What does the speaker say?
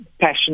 passion